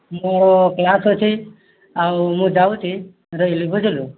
ମୋ କ୍ଲାସ୍ ଅଛି ଆଉ ମୁଁ ଯାଉଛି ରହିଲି ବୁଝିଲୁ